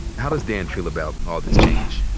how does dan feel about and all this change?